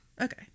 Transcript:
Okay